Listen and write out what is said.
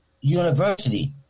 University